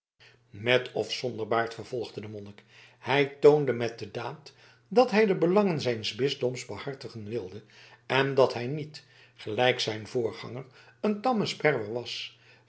met of zonder baard vervolgde de monnik hij toonde met de daad dat hij de belangen zijns bisdoms behartigen wilde en dat hij niet gelijk zijn voorganger een tamme sperwer was